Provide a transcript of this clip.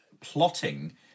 plotting